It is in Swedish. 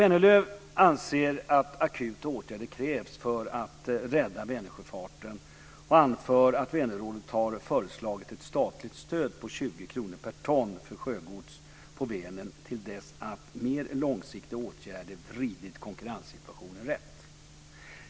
Vänerlöv anser att akuta åtgärder krävs för att rädda Vänersjöfarten och anför att Vänerrådet har föreslagit ett statligt stöd på 20 kr per ton för sjögods på Vänern till dess att mer långsiktiga åtgärder har vridit konkurrenssituationen rätt.